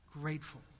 grateful